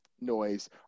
noise